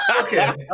Okay